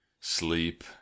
sleep